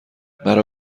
مرا